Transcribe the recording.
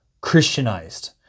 Christianized